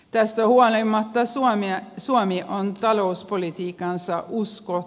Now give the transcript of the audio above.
tästä huolimatta suomi on talouspolitiikkansa uskoo